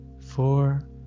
four